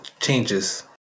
Changes